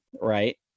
Right